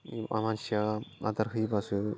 बा मानसिया आदार होयोबासो